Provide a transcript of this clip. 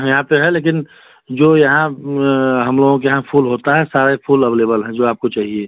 यहाँ पर है लेकिन जो यहाँ हम लोगों के यहाँ फूल होता है सारे फूल अवेलेबल हैं जो आपको चाहिए